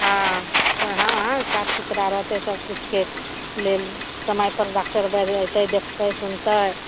हँ हँ अँ साफ सुथरा रहतै सब किछुके लेल समए पर डाक्टर बैद्य अयतै देखतै सुनतै